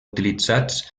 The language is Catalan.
utilitzats